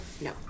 no